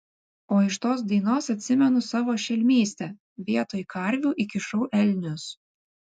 o iš tos dainos atsimenu savo šelmystę vietoj karvių įkišau elnius